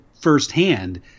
firsthand